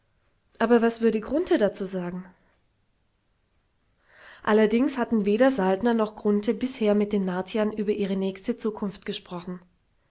aber was würde grunthe dazu sagen allerdings hatten weder saltner noch grunthe bisher mit den martiern über ihre nächste zukunft gesprochen